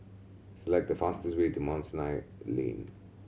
select the fastest way to Mount Sinai Lane